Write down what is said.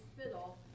spittle